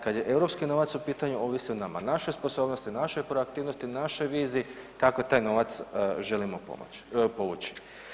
Kad je europski novac u pitanju ovisi o nama, našoj sposobnosti, našoj proaktivnosti, našoj viziji kako taj novac želimo povući.